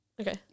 okay